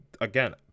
Again